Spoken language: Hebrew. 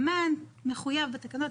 המען מחויב בתקנות.